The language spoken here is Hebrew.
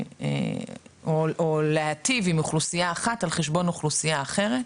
או להיטיב עם אוכלוסייה אחת על חשבון אוכלוסייה אחרת,